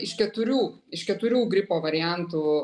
iš keturių iš keturių gripo variantų